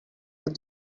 but